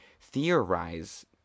theorize